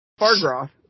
Fargroth